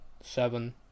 seven